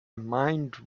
mind